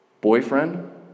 Boyfriend